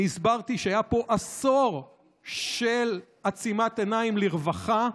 אני הסברתי שהיה פה עשור של עצימת עיניים לרווחה,